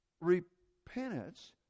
Repentance